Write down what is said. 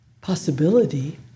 possibility